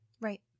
Right